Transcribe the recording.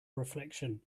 reflection